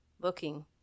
looking